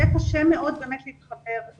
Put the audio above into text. יהיה קשה מאוד באמת להתחבר.